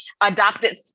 adopted